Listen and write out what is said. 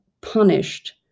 punished